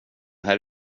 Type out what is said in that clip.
här